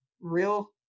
real